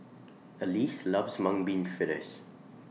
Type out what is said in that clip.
Elease loves Mung Bean Fritters